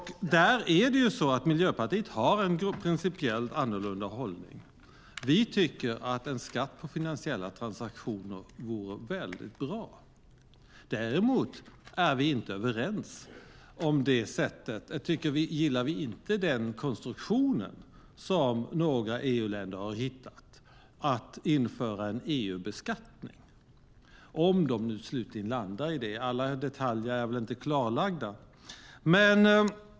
Miljöpartiet har en principiellt annorlunda hållning. Vi tycker att en skatt på finansiella transaktioner är bra. Däremot gillar vi inte den konstruktion som några EU-länder har hittat, nämligen att införa en EU-beskattning - om de nu slutligen landar i den konstruktionen. Alla detaljer är väl inte klarlagda.